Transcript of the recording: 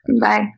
Bye